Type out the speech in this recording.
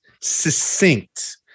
succinct